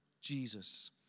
Jesus